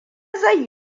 zai